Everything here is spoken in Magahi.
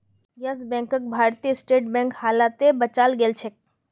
यस बैंकक भारतीय स्टेट बैंक हालते बचाल गेलछेक